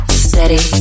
steady